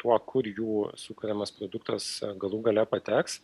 tuo kur jų sukuriamas produktas galų gale pateks